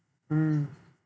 mm